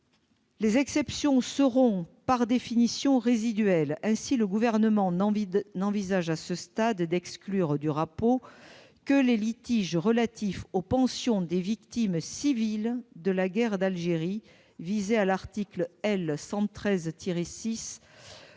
Les exceptions seront, par définition, résiduelles. Ainsi, à ce stade, le Gouvernement n'envisage d'exclure du champ du RAPO que les litiges relatifs aux pensions des victimes civiles de la guerre d'Algérie, visées à l'article L. 113-6